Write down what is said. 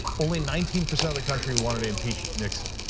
only nineteen percent of the country wanted to impeach nixon.